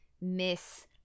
Miss